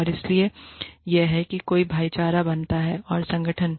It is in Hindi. और इसलिए यह है कि कैसे भाई चारा बनाता है और संगठन